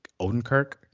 Odenkirk